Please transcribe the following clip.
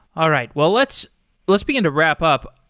all right. well, let's let's begin to wrap-up.